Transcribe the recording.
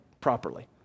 properly